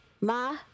Ma